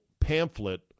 pamphlet